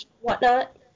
whatnot